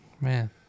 Man